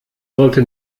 sollte